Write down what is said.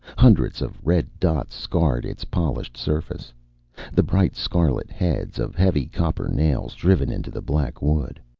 hundreds of red dots scarred its polished surface the bright scarlet heads of heavy copper nails driven into the black wood.